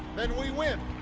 then we win.